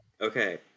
Okay